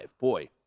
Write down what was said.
Boy